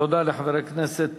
תודה לחבר הכנסת